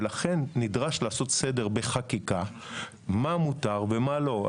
ולכן נדרש לעשות סדר בחקיקה מה מותר ומה לא.